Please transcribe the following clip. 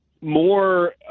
more